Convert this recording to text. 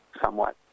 somewhat